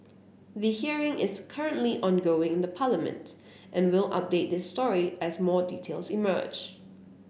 the hearing is currently ongoing in Parliament and we'll update this story as more details emerge